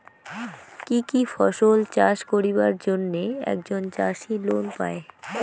কি কি ফসল চাষ করিবার জন্যে একজন চাষী লোন পায়?